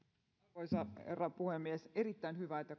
arvoisa herra puhemies erittäin hyvä että